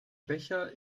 becher